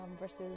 versus